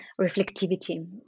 reflectivity